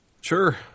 sure